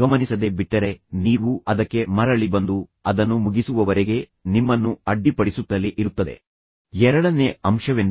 ಗಮನಿಸದೆ ಬಿಟ್ಟರೆ ನೀವು ಅದಕ್ಕೆ ಮರಳಿ ಬಂದು ಅದನ್ನು ಮುಗಿಸುವವರೆಗೆ ನಿಮ್ಮನ್ನು ಅಡ್ಡಿಪಡಿಸುತ್ತಲೇ ಇರುತ್ತದೆ